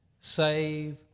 save